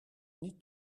niet